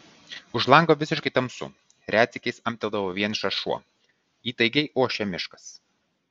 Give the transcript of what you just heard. už lango visiškai tamsu retsykiais amteldavo vienišas šuo įtaigiai ošė miškas